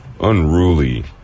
unruly